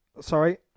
Sorry